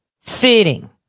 Fitting